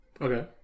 Okay